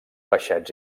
peixets